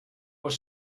was